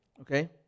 okay